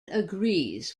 agrees